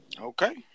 Okay